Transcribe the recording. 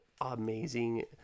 amazing